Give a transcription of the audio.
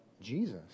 Jesus